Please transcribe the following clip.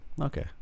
Okay